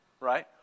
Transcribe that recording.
right